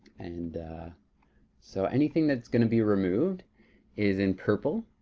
and so anything that's gonna be removed is in purple.